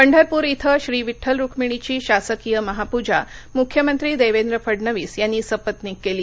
पंढरपूर इथं श्री विठ्ठल रुक्मिणीची शासकीय महापूजा मुख्यमंत्री देवेंद्र फडणवीस यांनी सपत्नीक केली